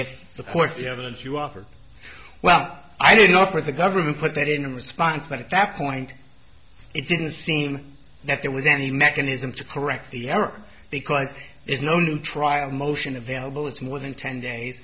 evidence you offered well i didn't offer the government put that in response but at that point it didn't seem that there was any mechanism to correct the error because there's no new trial motion available it's more than ten days